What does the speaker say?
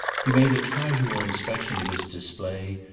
he made a casual inspection of its display,